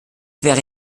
wäre